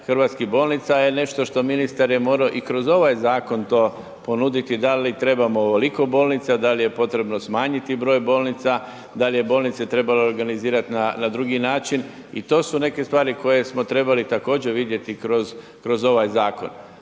hrvatskih bolnica je nešto što ministar je morao i kroz ovaj zakon to ponuditi, da li trebamo ovoliko bolnica, da li je potrebno smanjiti broj bolnica, da li je bolnice trebalo organizirati na drugi način i to su neke stvari koje smo trebali također vidjeti kroz ovaj zakon.